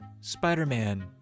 Spider-Man